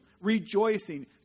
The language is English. rejoicing